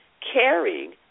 caring